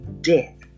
death